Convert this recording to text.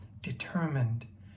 determined